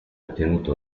ottenuto